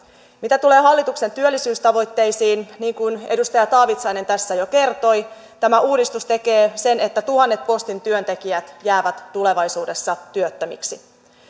mitä tulee hallituksen työllisyystavoitteisiin niin kuin edustaja taavitsainen tässä jo kertoi tämä uudistus tekee sen että tuhannet postin työntekijät jäävät tulevaisuudessa työttömiksi kun